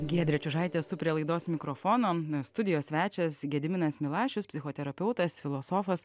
giedrė čiužaitė esu prie laidos mikrofono studijos svečias gediminas milašius psichoterapeutas filosofas